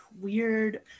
weird